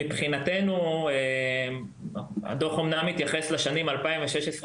מבחינתנו הדוח אמנם התייחס לשנים 2018-2016,